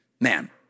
man